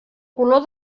color